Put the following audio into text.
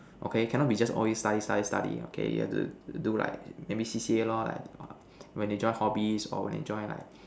okay cannot be just always study study study okay you have to do like maybe C_C_A lor like when they join hobbies or when they join like